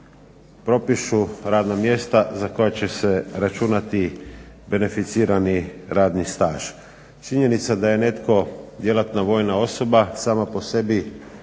propišu radna mjesta za koja će se računati beneficirani radni staž. Činjenica da je netko djelatna vojna osoba sama po sebi